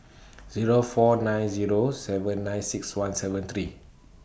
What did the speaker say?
Zero four nine Zero seven nine six one seven three